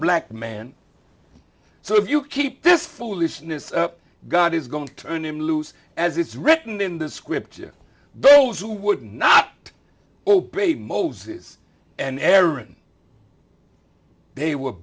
black man so if you keep this foolishness god is going to turn him loose as it's written in the scripture those who would not obey moses and aaron they were